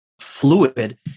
fluid